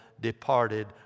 departed